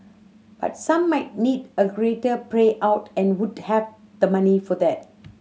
but some might need a greater pray out and would have the money for that